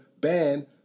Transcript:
ban